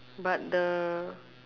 but the